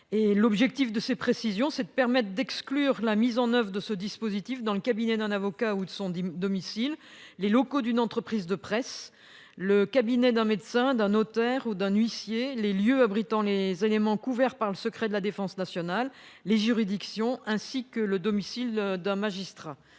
à distance. Ces précisions permettent d'exclure la mise en oeuvre du dispositif dans les lieux suivants : le cabinet d'un avocat ou son domicile, les locaux d'une entreprise de presse, le cabinet d'un médecin, d'un notaire ou d'un huissier, les lieux abritant des éléments couverts par le secret de la défense nationale, les juridictions, ainsi que le domicile d'un magistrat.